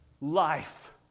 life